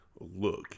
Look